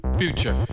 future